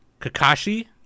Kakashi